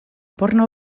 porno